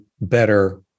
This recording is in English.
better